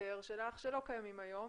מההסבר שלך שלא קיימים היום.